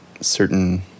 certain